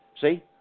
see